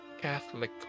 Catholic